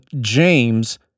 James